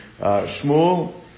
Shmuel